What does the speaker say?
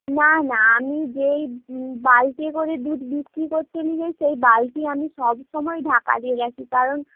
না না আমি যেই বালতি করে দুধ বিক্রি করতে নিয়ে যাই সেই বালতি আমি সবসময় ঢাকা দিয়ে রাখি কারণ